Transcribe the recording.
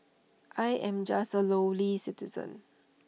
I am just A lowly citizen